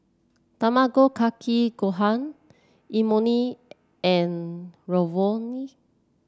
Tamago Kake Gohan Imoni and Ravioli